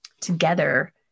together